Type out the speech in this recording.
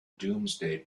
domesday